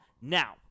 now